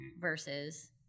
versus